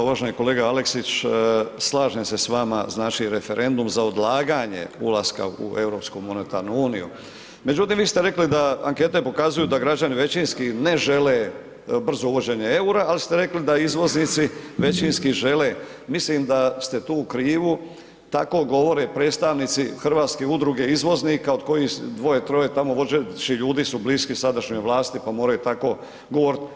Uvaženi kolega Aleksić, slažem se s vama, znači referendum za odlaganje ulaska u europsku monetarnu uniju međutim vi ste rekli da ankete pokazuju da građani većinski ne žele brzo uvođenje eura ali ste rekli da izvoznici većinski žele, mislim da ste tu u krivu, tako govore predstavnici Hrvatske udruge izvoznika od kojih dvoje, troje tamo vodećih ljudi su blisku sadašnjoj vlasti pa moraju tako govorit.